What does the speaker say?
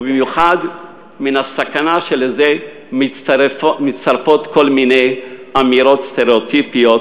ובמיוחד יש סכנה שלזה מצטרפות כל מיני אמירות סטריאוטיפיות